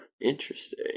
Interesting